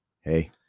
Hey